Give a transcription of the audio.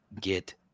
get